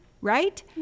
right